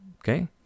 Okay